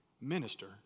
minister